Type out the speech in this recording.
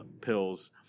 pills